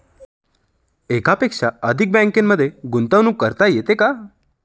एकापेक्षा अधिक बँकांमध्ये गुंतवणूक करता येते का?